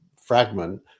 fragment